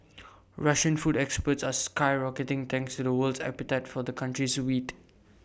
Russian food exports are skyrocketing thanks to the world's appetite for the country's wheat